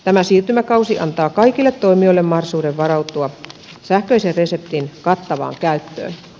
tämä siirtymäkausi antaa kaikille toimijoille mahdollisuuden varautua sähköisen reseptin kattavaan käyttöön